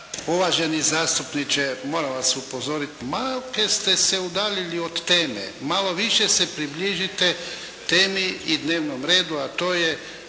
Uvaženi zastupniče moram vas upozoriti, malke ste se udaljili od teme, malo više se približite temi i dnevnom redu, a to je